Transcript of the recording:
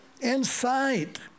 Inside